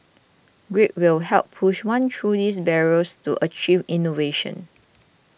grit will help push one through these barriers to achieve innovation